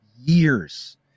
years